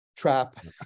trap